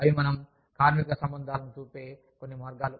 అవి మనం కార్మిక సంబంధాలను చూసే కొన్ని మార్గాలు